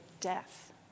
death